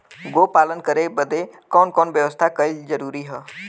गोपालन करे बदे कवन कवन व्यवस्था कइल जरूरी ह?